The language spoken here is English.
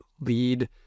lead